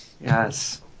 Yes